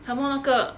some more 那个